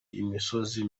imisozi